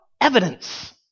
evidence